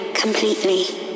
Completely